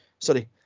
Sorry